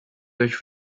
durch